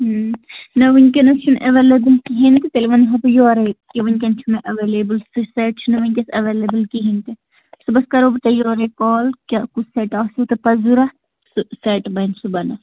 نہَ وُنکٮ۪نَس چھُ نہٕ ایٚویلیبُل کِہیٖنٛۍ تیٚلہِ وَنہو بہٕ یورے کہِ وُنکٮ۪ن چھُ نہٕ ایٚوہلیبُل سُہ سیٚٹ چھُ نہٕ وُنکٮ۪س ایٚویلیبُل کِہیٖنٛۍ تہِ صُبَحس کَرہو بہٕ تۄہہِ یورَے کال کہِ کُس سیٚٹ آسوٕ تہٕ پَتہٕ ضروٗرت سُہ سیٚٹ بَنہِ صبَحنَس